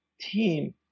team